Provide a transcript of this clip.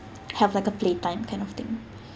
have like a playtime kind of thing